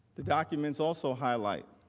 the documents also highlight